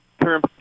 term